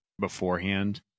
beforehand